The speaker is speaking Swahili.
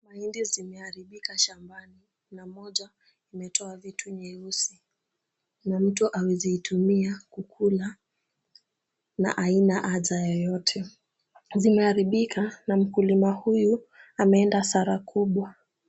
Mahindi zimeharibika shambani na moja imetoa vitu nyeusi na mtu awezi itumia kukula na aina ladha yoyote. Zimeharibika na mkulima huyu ameenda hasara kubwa.